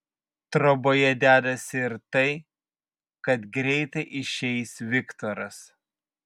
troboje dedasi ir tai kad greitai išeis viktoras